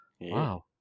Wow